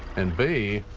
and b,